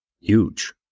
huge